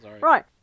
Right